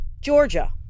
Georgia